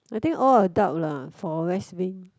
I think all adult lah for west wind